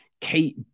Kate